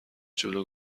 جلو